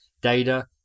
data